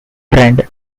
brand